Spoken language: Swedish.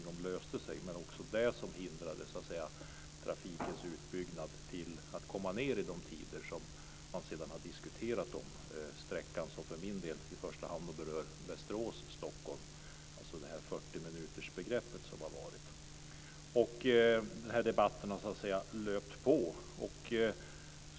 De löste sig så småningom, men de hindrade också trafikens utbyggnad från att komma ned i de tider som man sedan har diskuterat för sträckan, som för min del i första hand rör Västerås-Stockholm, det s.k. 40 Den här debatten har så att säga löpt på.